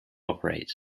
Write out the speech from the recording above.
operate